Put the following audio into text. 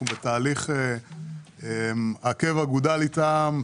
אנחנו בתהליך עקב אחר אגודל איתם,